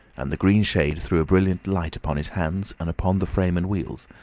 and the green shade threw a brilliant light upon his hands, and upon the frame and wheels,